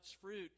fruit